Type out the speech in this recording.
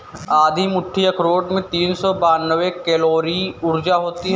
आधी मुट्ठी अखरोट में तीन सौ बानवे कैलोरी ऊर्जा होती हैं